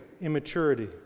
immaturity